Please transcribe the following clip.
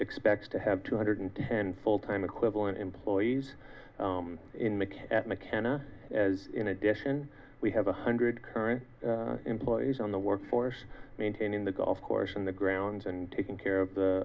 expects to have two hundred ten full time equivalent employees in mackay mckenna as in addition we have one hundred current employees on the work force maintaining the golf course in the grounds and taking care of the